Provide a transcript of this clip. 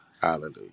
Hallelujah